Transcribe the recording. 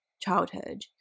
childhood